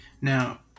Now